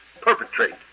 perpetrate